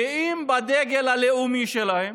גאים בדגל הלאומי שלהם